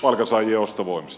arvoisa herra puhemies